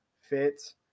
fits